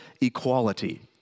equality